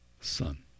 Son